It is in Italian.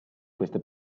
queste